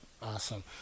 awesome